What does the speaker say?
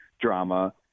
drama